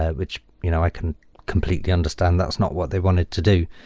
ah which you know i can completely understand. that's not what they wanted to do.